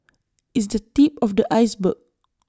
it's the tip of the iceberg